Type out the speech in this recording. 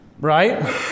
Right